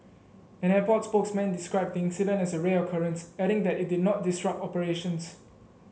an airport spokesman described the incident as a rare occurrence adding that it did not disrupt operations